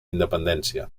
independència